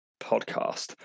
podcast